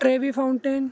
Trevi fountain